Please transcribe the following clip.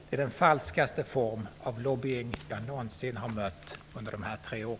Det är den falskaste form av lobbying som jag har mött under dessa tre år.